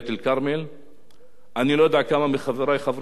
אני לא יודע כמה מחברי חברי הכנסת ביקרו באוהל הזה